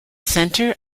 center